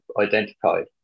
identified